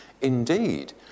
indeed